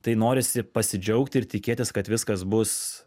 tai norisi pasidžiaugti ir tikėtis kad viskas bus